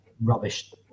rubbish